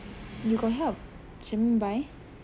you got help shermaine buy